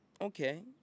Okay